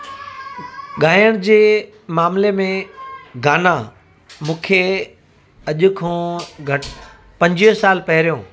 ॻाइण जे मामले में गाना मूंखे अॼु खां घटि पंजवीह साल पहिरियों